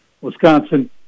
Wisconsin